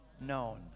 known